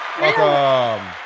Welcome